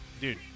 dude